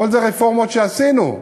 כל זה רפורמות שעשינו,